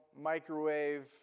microwave